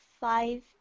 five